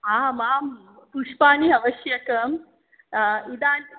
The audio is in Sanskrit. आम् आं पुष्पानि आवश्यकम् इदानीं